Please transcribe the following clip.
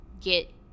get